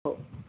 हो